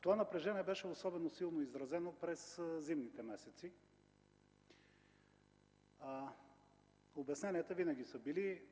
Това напрежение беше особено силно изразено през зимните месеци. Обясненията винаги са били: